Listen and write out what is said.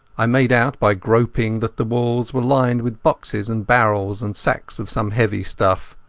i made out by groping that the walls were lined with boxes and barrels and sacks of some heavy stuff.